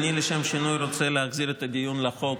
אני לשם שינוי רוצה להחזיר את הדיון לחוק